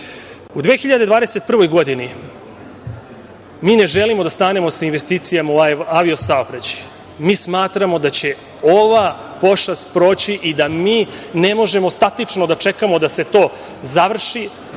2021. godini mi ne želimo da stanemo sa investicijama u avio saobraćaju. Mi smatramo da će ova pošast proći i da mi ne možemo statično da čekamo da se to završi